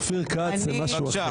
אופיר כץ זה משהו אחר.